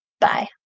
Bye